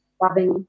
loving